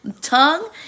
tongue